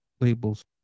labels